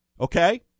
Okay